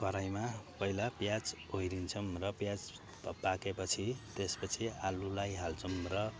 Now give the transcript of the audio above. कराईमा पैला प्याज ओइरिन्छौँ र प्याज पाकेपछि त्यसपछि आलुलाई हाल्छौँ